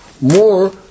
more